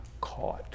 caught